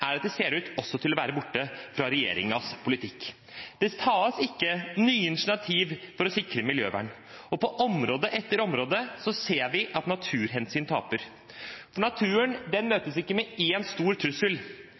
er det at det også ser ut til å være borte fra regjeringens politikk. Det tas ikke nye initiativ for å sikre miljøvern, og på område etter område ser vi at naturhensyn taper. For naturen møtes ikke av én stor trussel,